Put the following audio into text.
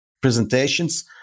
presentations